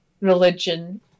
religion